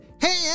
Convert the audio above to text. hey